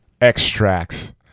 extracts